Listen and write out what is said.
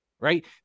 right